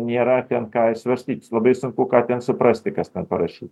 nėra ten ką ir svarstyt labai sunku ką ten suprasti kas neparašy